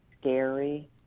scary